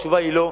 התשובה היא לא.